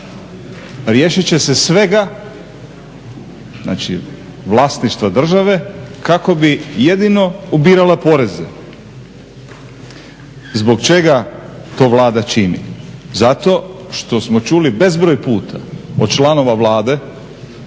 Riješiti će se svega, znači vlasništva države kako bi jedino ubirala poreze. Zbog čega to Vlada čini? Zato što smo čuli bezbroj puta od članova Vlade